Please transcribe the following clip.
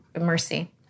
mercy